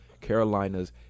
Carolina's